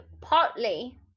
partly